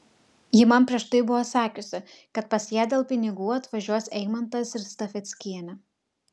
ji man prieš tai buvo sakiusi kad pas ją dėl pinigų atvažiuos eimantas ir stafeckienė